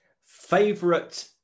favorite